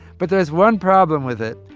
but there is one problem with it.